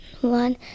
one